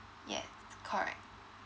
yes correct